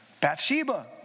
Bathsheba